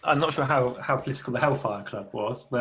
and not sure how how political the hell-fire club, was but